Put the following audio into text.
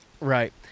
Right